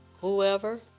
whoever